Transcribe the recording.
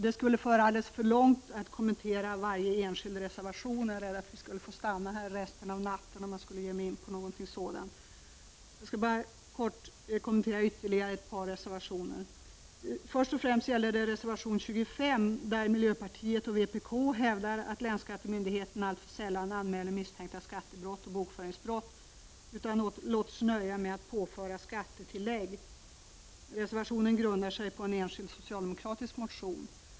Det skulle föra alldeles för långt att kommentera varje enskild reservation — jag är rädd för att vi skulle få stanna här resten av natten om jag gav mig in på något sådant. I reservation 25 hävdar miljöpartiet och vpk att länsskattemyndigheten allför sällan anmäler misstänkta skattebrott och bokföringsbrott utan låter sig nöja med att påföra skattetillägg. Reservationen grundar sig på en enskild socialdemokratisk motion.